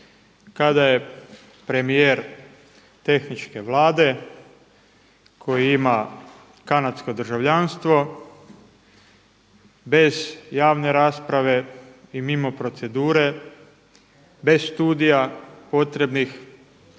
kada je premijer tehničke vlade koji ima kanadsko državljanstvo bez javne rasprave i mimo procedure, bez studija potrebnih